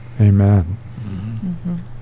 Amen